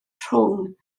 rhwng